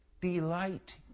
delight